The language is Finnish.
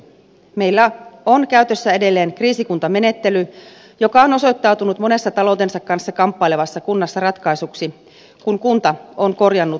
meillä on käytössä edelleen kriisikuntamenettely joka on osoittautunut monessa taloutensa kanssa kamppailevassa kunnassa ratkaisuksi kun kunta on korjannut taloutensa tilaa